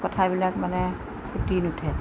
কথাবিলাক মানে ফুটি নুঠে